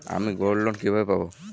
আমি গোল্ডলোন কিভাবে পাব?